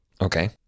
Okay